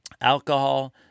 alcohol